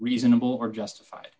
reasonable or justified